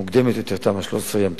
מוקדמת יותר, תמ"א 13 ים תיכון,